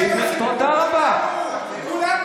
אבל גם